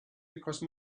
because